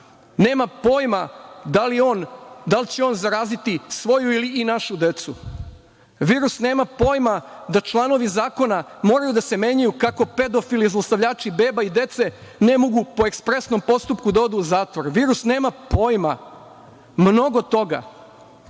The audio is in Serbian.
nema pojma da li će on zaraziti svoju ili našu decu. Virus nema pojma da članovi zakona moraju da se menjaju kako pedofili i zlostavljači beba i dece ne mogu po ekspresnom postupku da odu zatvor. Virus nema pojma mnogo toga. Mi